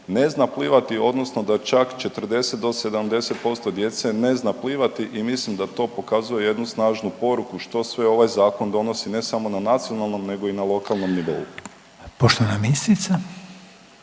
ne zna plivati, odnosno da čak 40-70% djece ne zna plivati i mislim da to pokazuje jednu snažnu poruku što sve ovaj Zakon donosi, ne samo na nacionalnom nego i na lokalnom nivou. **Reiner,